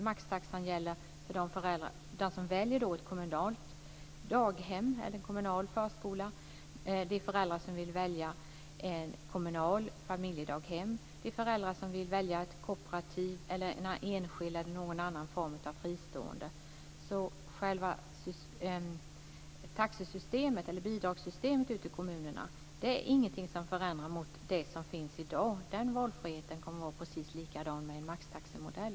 Maxtaxan gäller för de föräldrar som väljer ett kommunalt daghem eller en kommunal förskola. Det gäller också föräldrar som vill välja ett kommunalt familjedaghem och de föräldrar som vill välja ett kooperativ, enskild form eller annan fristående form. Själva bidragssystemet ute i kommunerna förändras inte jämfört med hur det är i dag. Den valfriheten kommer att vara precis densamma med en maxtaxemodell.